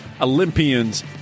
Olympians